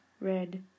red